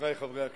חברי חברי הכנסת,